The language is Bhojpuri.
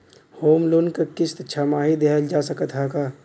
होम लोन क किस्त छमाही देहल जा सकत ह का?